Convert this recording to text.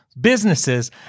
businesses